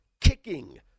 Kicking